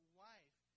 wife